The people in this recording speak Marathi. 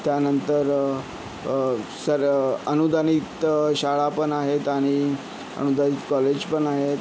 त्यानंतर सर अनुदानित शाळापण आहे आणि अनुदानित कॉलेजपण आहेत